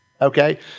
Okay